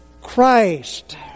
Christ